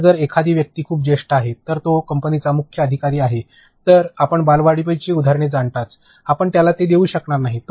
आता जर एखादी व्यक्ती खूप ज्येष्ठ आहे तर तो कंपनीचा मुख्य कार्यकारी अधिकारी आहे आपण बालवाडीची उदाहरणे जाणताच आपण त्याला देऊ शकत नाही